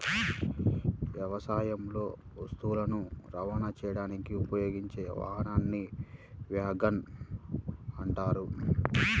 వ్యవసాయంలో వస్తువులను రవాణా చేయడానికి ఉపయోగించే వాహనాన్ని వ్యాగన్ అంటారు